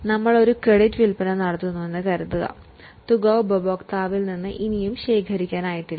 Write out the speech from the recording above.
നമ്മൾ ഒരു ക്രെഡിറ്റ് വിൽപ്പന നടത്തുന്നുവെന്ന് കരുതുക തുക ഉപഭോക്താവിൽ നിന്ന് ഇനിയും ശേഖരിക്കാനായിട്ടില്ല